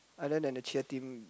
other than the cheer team